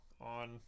On